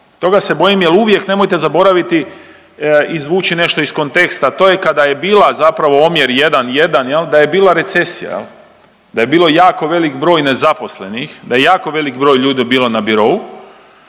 To se bojim jer uvijek nemojte zaboraviti izvući nešto iz konteksta to je kada je bila zapravo omjer 1 1 jel da je bila recesija jel, da je bilo jako velik broj nezaposlenih da je jako velik broj ljudi bilo na birou